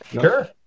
Sure